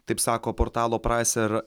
taip sako portalo praiser